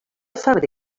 febrer